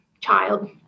child